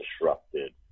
disrupted